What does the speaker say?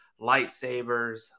lightsabers